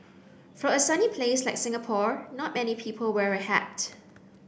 for a sunny place like Singapore not many people wear a hat